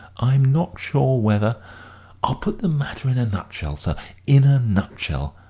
i'm not sure whether i'll put the matter in a nutshell, sir in a nutshell.